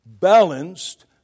balanced